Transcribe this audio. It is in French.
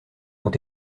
ont